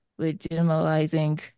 legitimizing